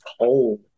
cold